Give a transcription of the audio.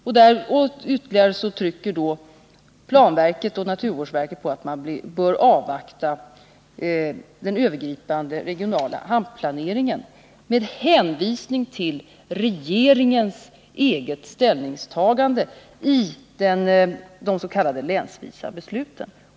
Planverket och naturvårdsverket har vidare gjort påtryckningar om att man bör avvakta den övergripande regionala hamnplaneringen med hänvisning till regeringens ställningstagande i des.k. länsvisa besluten.